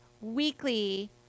weekly